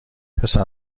پسر